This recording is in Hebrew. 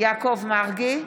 יעקב מרגי,